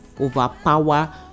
overpower